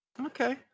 Okay